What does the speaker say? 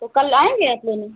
तो कल आएँगे आप लेने